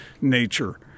nature